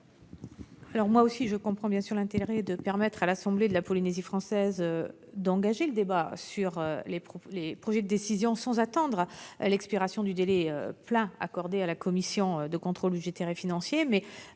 Gouvernement ? Je comprends moi aussi l'intérêt de permettre à l'assemblée de la Polynésie française d'engager le débat sur les projets de décision sans attendre l'expiration du délai plein accordé à la commission de contrôle budgétaire et financier.